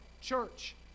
church